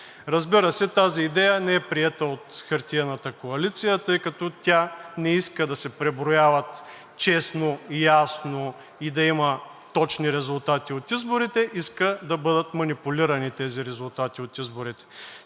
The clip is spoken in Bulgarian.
Разбира се, тази идея не е приета от хартиената коалиция, тъй като тя не иска да се преброяват честно, ясно и да има точни резултати от изборите, иска да бъдат манипулирани тези резултати от изборите.